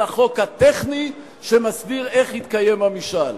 החוק הטכני שמסביר איך יתקיים המשאל.